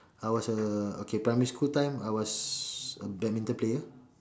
I was a okay primary school time I was a badminton player